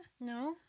No